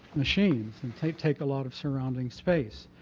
machines and take take a lot of surrounding space.